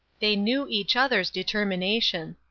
they knew each other's determination.